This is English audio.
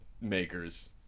makers